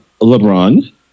LeBron